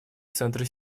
центры